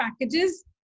packages